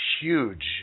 huge